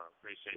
Appreciate